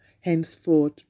Henceforth